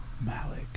malik